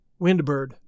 Windbird